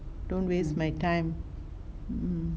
don't waste my time